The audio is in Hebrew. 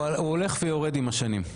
הוא הולך ויורד עם השנים.